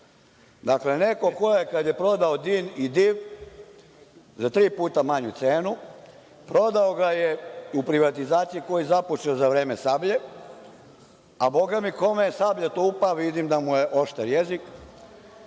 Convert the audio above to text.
Dakle, neko ko je kad je prodao DIN i DIV za tri puta manju cenu, prodao ga je u privatizaciji koju je započeo za vreme „Sablje“, a bogami, kome je sablja tupa, vidim da mu je oštar jezik.